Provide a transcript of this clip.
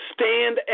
stand